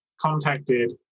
contacted